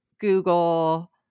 Google